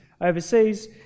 overseas